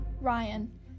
Ryan